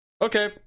okay